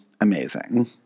amazing